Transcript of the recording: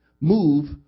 Move